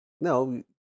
no